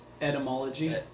Etymology